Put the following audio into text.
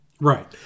Right